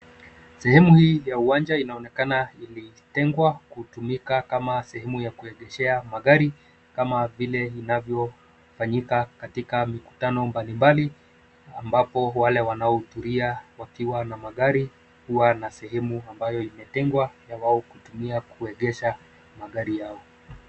Sehemu hii ya uwanja inaonekana ilitengwa kutumika kama sehemu ya kuegeshea magari, kama vile inavyofanyika katika mikutano mbalimbali ambapo wale wanaohudhuria wakiwa na magari huwa na sehemu ambayo imetengwa ya wao kutumia kuegesha magari yao.